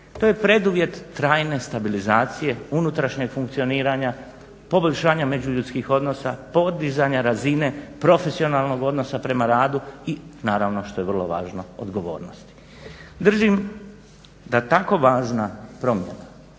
To je preduvjet trajne stabilizacije, unutrašnjeg funkcioniranja, poboljšanja međuljudskih odnosa, podizanja razine profesionalnog odnosa prema radu i naravno što je vrlo važno odgovornosti. Držim da tako važna promjena